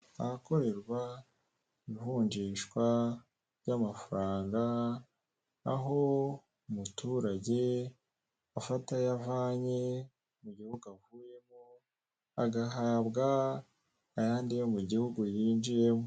Ahakorerwa ivunjishwa ry'amafaranga, aho umuturage afata ayo avanye mu gihugu avuyemo, agahabwa ayandi yo mu gihugu yinjiyemo.